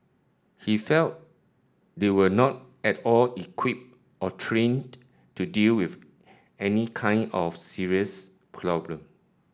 he felt they were not at all equipped or trained to deal with any kind of serious problem